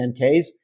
10Ks